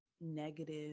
negative